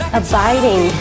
abiding